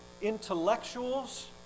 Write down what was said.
intellectuals